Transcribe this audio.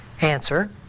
answer